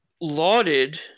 lauded